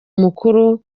mukuru